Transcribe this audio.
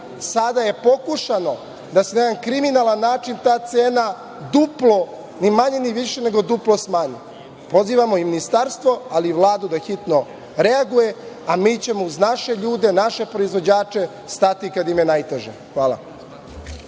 Sada je pokušano da se na jedan kriminalan način ta cena duplo, ni manje ni više nego duplo, smanji. Pozivamo i ministarstvo, ali i Vladu da hitno reaguje, a mi ćemo uz naše ljude, naše proizvođače stati kada im je najteže. Hvala.